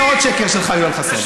זה עוד שקר שלך, יואל חסון.